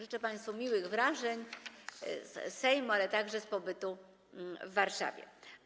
Życzę państwu miłych wrażeń z Sejmu, ale także z pobytu w Warszawie.